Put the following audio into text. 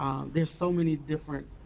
there's so many different